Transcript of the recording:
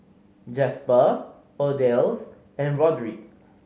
Jasper Odalys and Roderic